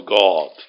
God